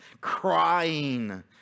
Crying